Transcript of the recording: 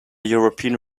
european